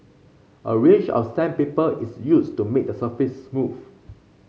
a range of sandpaper is used to make the surface smooth